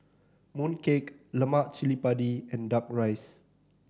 mooncake lemak cili padi and Duck Rice